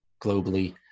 globally